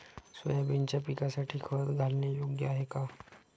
सोयाबीनच्या पिकासाठी खत घालणे योग्य आहे का?